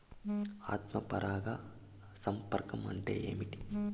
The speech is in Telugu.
ఆత్మ పరాగ సంపర్కం అంటే ఏంటి?